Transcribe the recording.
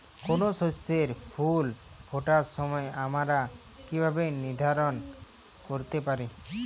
কোনো শস্যের ফুল ফোটার সময় আমরা কীভাবে নির্ধারন করতে পারি?